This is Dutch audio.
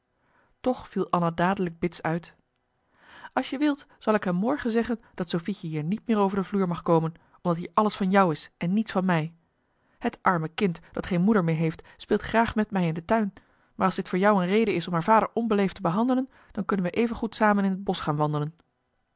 toch viel anna dadelijk bits uit als je wilt zal ik hem morgen zeggen dat sofietje hier niet meer over de vloer mag komen omdat hier alles van jou is en niets van mij her arme kind dat geen moeder meer heeft speelt graag met mij in de tuin maar als dit voor jou een reden is om haar vader onbeleefd te behandelen dan kunnen we even goed samen in het bosch gaan wandelen